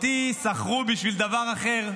אותי שכרו בשביל דבר אחר,